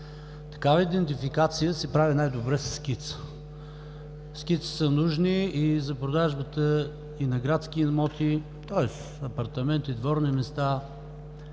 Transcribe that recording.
Такава идентификация се прави най-добре със скица. Скици са нужни за продажбата и на градски имоти – апартаменти, дворни места,